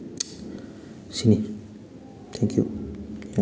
ꯁꯤꯅꯤ ꯊꯦꯡꯀ꯭ꯌꯨ